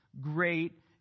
Great